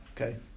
Okay